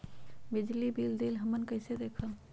बिजली बिल देल हमन कईसे देखब?